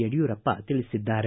ಯಡಿಯೂರಪ್ಪ ತಿಳಿಸಿದ್ದಾರೆ